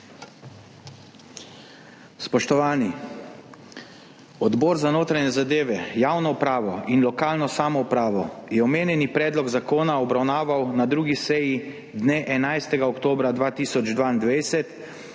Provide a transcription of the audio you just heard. Spoštovani! Odbor za notranje zadeve, javno upravo in lokalno samoupravo je omenjeni predlog zakona obravnaval na 2. seji dne 11. oktobra 2022,